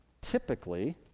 typically